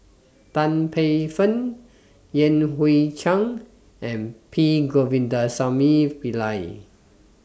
Tan Paey Fern Yan Hui Chang and P Govindasamy Pillai